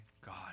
God